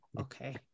okay